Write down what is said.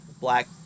black